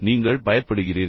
நீங்கள் பயப்படுகிறீர்களா